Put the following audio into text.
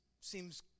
seems